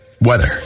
weather